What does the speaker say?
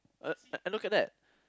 uh uh and look at that